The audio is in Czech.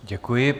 Děkuji.